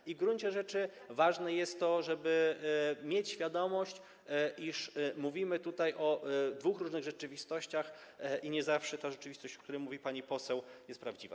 I w gruncie rzeczy ważne jest to, żeby mieć świadomość, iż mówimy tutaj o dwóch różnych rzeczywistościach i nie zawsze ta rzeczywistość, o której mówi pani poseł, jest prawdziwa.